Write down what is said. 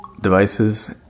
devices